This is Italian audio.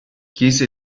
chiese